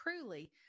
truly